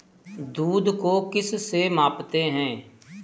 दूध को किस से मापते हैं?